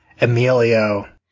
Emilio